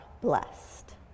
blessed